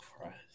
Christ